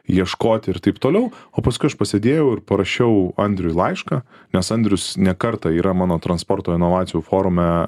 ieškoti ir taip toliau o paskui aš pasėdėjau ir parašiau andriui laišką nes andrius ne kartą yra mano transporto inovacijų forume